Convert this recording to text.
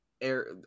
air